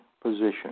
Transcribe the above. position